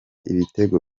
ibitego